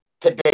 today